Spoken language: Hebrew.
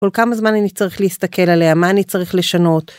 כל כמה זמן אני צריך להסתכל עליה, מה אני צריך לשנות.